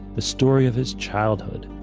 the story of his childhood,